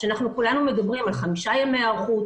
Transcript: שאנחנו כולנו מדברים על חמישה ימי היערכות,